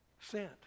sent